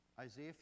Isaiah